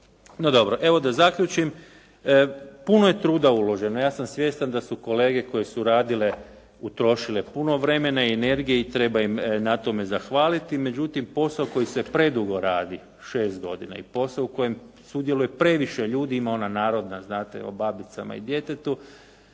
No dobro, evo da zaključim. Puno je truda uloženo. Ja sam svjestan da su kolege koje su radile utrošile puno vremena i energije i treba im na tome zahvaliti, međutim posao koji se predugo radi, 6 godina i posao u kojem sudjeluje previše ljudi ima ona narodna, znate o babicama i djetetu,